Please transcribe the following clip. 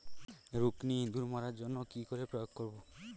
রুকুনি ইঁদুর মারার জন্য কি করে প্রয়োগ করব?